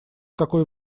какой